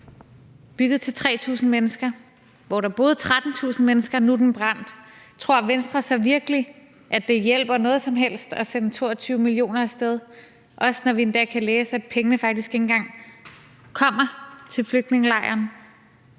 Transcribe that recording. bygget til 3.000 mennesker, hvor der boede 13.000 mennesker. Nu er den brændt. Tror Venstre så virkelig, at det hjælper noget som helst at sende 22 mio. kr. af sted, når vi endda kan læse, at pengene faktisk ikke engang kommer til flygtningelejren?